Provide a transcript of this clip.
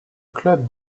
club